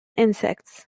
insects